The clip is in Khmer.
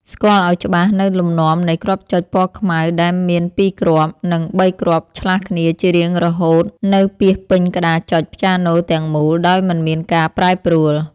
ស្គាល់ឱ្យច្បាស់នូវលំនាំនៃគ្រាប់ចុចពណ៌ខ្មៅដែលមានពីរគ្រាប់ និងបីគ្រាប់ឆ្លាស់គ្នាជារៀងរហូតនៅពាសពេញក្តារចុចព្យ៉ាណូទាំងមូលដោយមិនមានការប្រែប្រួល។